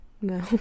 no